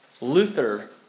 Luther